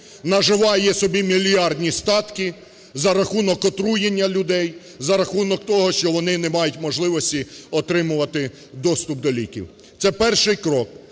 наживає собі мільярді статки за рахунок отруєння людей, за рахунок того, що вони не мають можливості отримувати доступ до ліків. Це перший крок